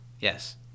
Yes